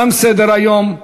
תם סדר-היום.